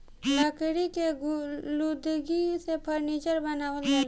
लकड़ी के लुगदी से फर्नीचर बनावल जाला